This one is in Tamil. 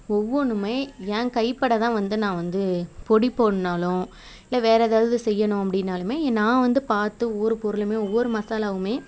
ஒவ்வொன்றுமே என் கைப்பட தான் வந்து நான் வந்து பொடி போடணுனாலும் இல்லை வேறு ஏதாவது செய்யணும் அப்படின்னாலுமே நான் வந்து பார்த்து ஒவ்வொரு பொருளுமே ஒவ்வொரு மசாலாவுமே